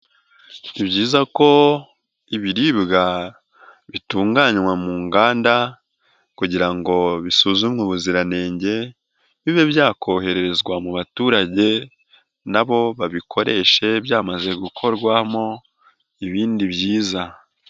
Ni byiza ko ibiribwa bitunganywa mu inganda, kugira ngo bisuzumwe ubuziranenge. Bibe byakoherezwa mu baturage, nabo babikoreshe byamaze gukorwamo ibindi byiza.